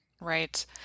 Right